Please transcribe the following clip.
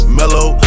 mellow